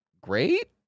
great